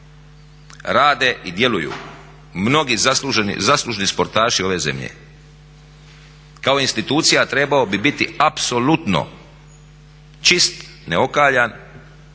rade i djeluju mnogi zaslužni sportaši ove zemlje. Kao institucija trebao bi biti apsolutno čist, neokaljan